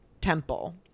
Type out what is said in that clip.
temple